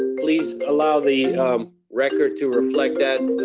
please allow the record to reflect that, ah,